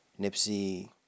Nipsey